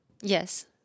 Yes